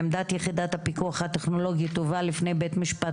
עמדת יחידת הפיקוח הטכנולוגי תובא לפני בית המשפט